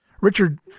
Richard